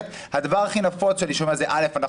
הדבר הכי נפוץ שאני שומע זה: אנחנו